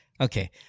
Okay